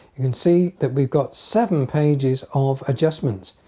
you can see that we've got seven pages of adjustments.